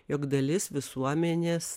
jog dalis visuomenės